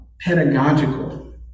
pedagogical